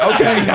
Okay